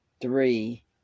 three